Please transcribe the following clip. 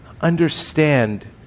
understand